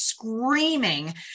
screaming